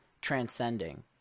transcending